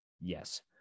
Yes